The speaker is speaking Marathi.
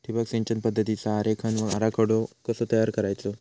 ठिबक सिंचन पद्धतीचा आरेखन व आराखडो कसो तयार करायचो?